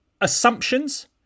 assumptions